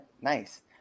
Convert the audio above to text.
nice